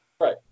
Right